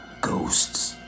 Ghosts